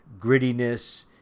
grittiness